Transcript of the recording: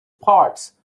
part